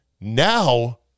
Now